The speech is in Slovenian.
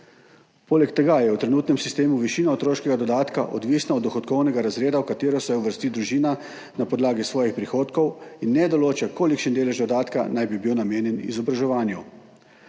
Poleg tega je v trenutnem sistemu višina otroškega dodatka odvisna od dohodkovnega razreda, v katerega se uvrsti družina na podlagi svojih prihodkov, in ne določa, kolikšen delež dodatka naj bi bil namenjen izobraževanju.